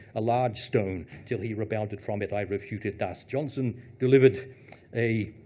a large stone. till, he rebounded from it, i refute it thus johnson delivered a